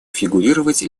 фигурировать